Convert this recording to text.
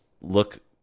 look